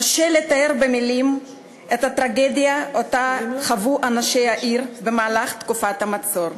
קשה לתאר במילים את הטרגדיה שחוו אנשי העיר בתקופת המצור.